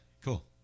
cool